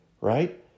right